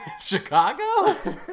Chicago